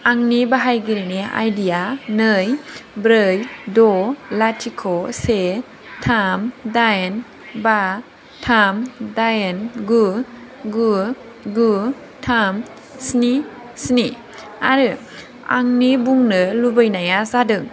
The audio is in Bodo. आंनि बाहायगिरिनि आइडिया नै ब्रै द' लाथिख' से थाम दाइन बा थाम दाइन गु गु गु थाम स्नि स्नि आरो आंनि बुंनो लुबैनाया जादों